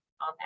on